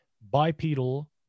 bipedal